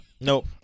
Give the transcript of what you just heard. Nope